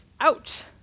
ouch